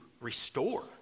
restore